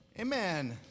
Amen